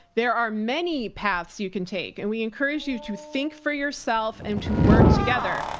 there are many paths you can take and we encourage you to think for yourself and to work together.